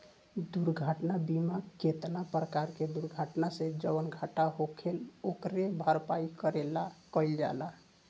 दुर्घटना बीमा केतना परकार के दुर्घटना से जवन घाटा होखेल ओकरे भरपाई करे ला कइल जाला